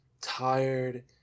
tired